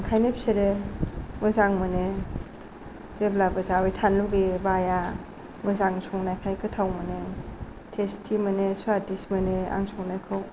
ओंखायनो बिसोरो मोजां मोनो जेब्लाबो जाबाय थानो लुगैयो बाया मोजां संनायखाय गोथाव मोनो टेस्टि मोनो स्वादिष्ट मोनो आं संनायखौ